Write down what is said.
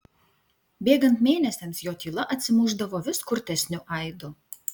bėgant mėnesiams jo tyla atsimušdavo vis kurtesniu aidu